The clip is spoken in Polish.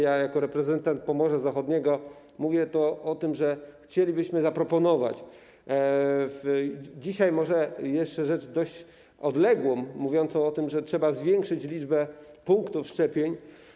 Ja jako reprezentant Pomorza Zachodniego mówię o tym, że chcielibyśmy zaproponować dzisiaj rzecz może jeszcze dość odległą, dotyczącą tego, że trzeba zwiększyć liczbę punktów szczepień.